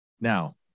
Now